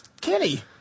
Kenny